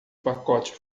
pacote